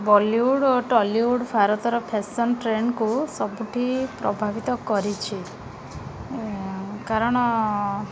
Bollywood ଓ ଟଲିଉଡ଼ ଭାରତର fashion ଟ୍ରେଣ୍ଡକୁ ସବୁଠି ପ୍ରଭାବିତ କରିଛି କାରଣ